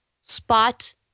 spot